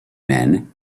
men